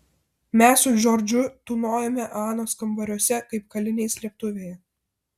mes su džordžu tūnojome anos kambariuose kaip kaliniai slėptuvėje